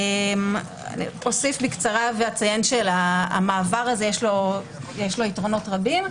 המעבר הזה יש לו יתרונות רבים.